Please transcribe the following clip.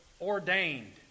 ordained